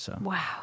Wow